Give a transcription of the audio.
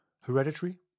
Hereditary